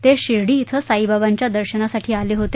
ते शिर्डी क्रिं साई बाबांच्या दर्शनासाठी आले होते